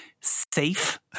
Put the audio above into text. safe